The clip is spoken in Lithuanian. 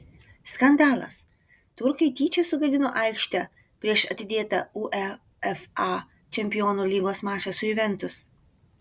skandalas turkai tyčia sugadino aikštę prieš atidėtą uefa čempionų lygos mačą su juventus